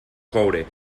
coure